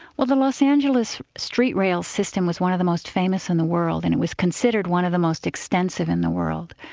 the los angeles street rail system was one of the most famous in the world, and it was considered one of the most extensive in the world.